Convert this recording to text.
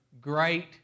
great